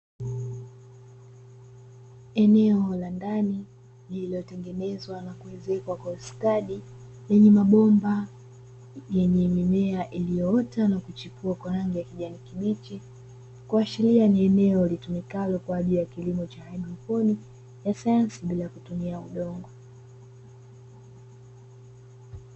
Eneo la ndani ,lililotengenezwa na kuwezekwa kwa ustadi , lenye mabomba yenye mimea iliyoota na kuchipua kwa rangi ya kijani kibichi, kuashiria ni eneo litumikalo kwaajili ya kilimo cha haidroponi ya sayansi bila kutumia udongo.